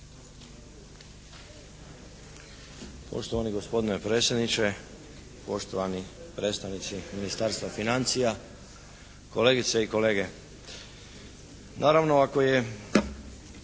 Poštovani gospodine predsjedniče, poštovani predstavnici Ministarstva financija, kolegice i kolege!